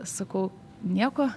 sakau nieko